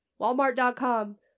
walmart.com